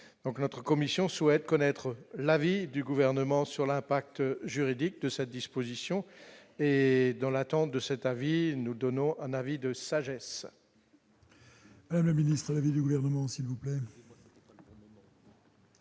notre commission souhaite connaître l'avis du gouvernement sur l'impact juridique de cette disposition, et dans l'attente de cet avis, nous donnons un avis de sagesse.